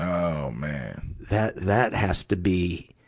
oh, man! that, that has to be,